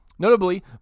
Notably